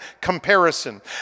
comparison